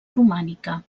romànica